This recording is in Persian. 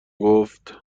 گفت